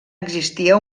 existia